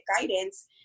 guidance